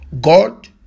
God